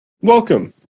Welcome